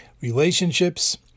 relationships